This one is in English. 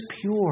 pure